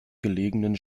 gelegenen